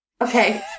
Okay